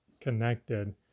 connected